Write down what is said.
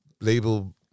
label